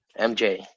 MJ